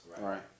right